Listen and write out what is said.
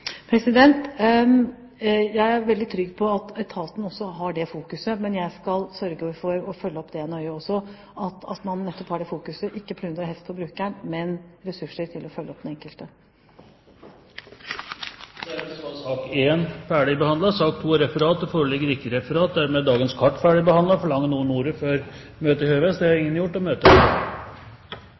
Jeg er veldig trygg på at etaten også har det fokuset, men jeg skal sørge for å følge det opp nøye også – at man nettopp har det fokuset: ikke plunder og heft for brukeren, men ressurser til å følge opp den enkelte. Dermed er sak nr. 1 ferdigbehandlet. Det foreligger ikke